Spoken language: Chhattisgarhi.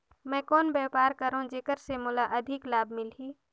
मैं कौन व्यापार करो जेकर से मोला अधिक लाभ मिलही?